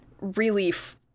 relief